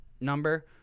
number